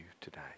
today